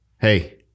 hey